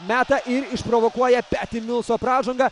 meta ir išprovokuoja peti milso pražangą